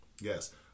Yes